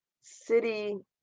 city